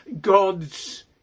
God's